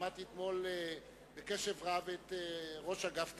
שמעתי אתמול בקשב רב את ראש אגף התקציבים,